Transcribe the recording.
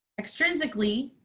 extrinsically,